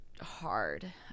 hard